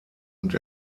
und